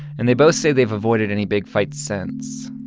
and they both say they've avoided any big fights since.